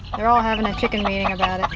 they're all having a chicken meeting about